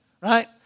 right